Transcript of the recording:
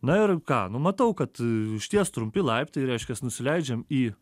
na ir ką nu matau kad išties trumpi laiptai reiškias nusileidžiam į